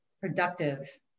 productive